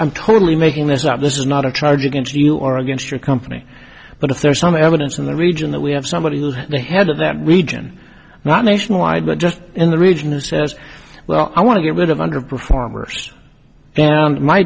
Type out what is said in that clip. i'm totally making this up this is not a charge against you or against your company but if there's some evidence in the region that we have somebody in the head of that region not nationwide but just in the region who says well i want to get rid of underperformers and my